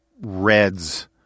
reds